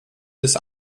des